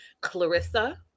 Clarissa